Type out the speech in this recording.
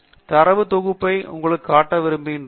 தரவுத் தொகுப்பை உங்களுக்கு காட்ட விரும்புகிறேன்